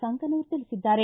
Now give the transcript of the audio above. ಸಂಕನೂರ ತಿಳಿಸಿದ್ದಾರೆ